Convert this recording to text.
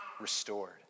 restored